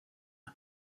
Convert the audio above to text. and